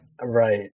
Right